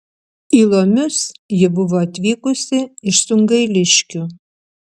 į lomius ji buvo atvykusi iš sungailiškių